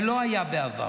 זה לא היה בעבר.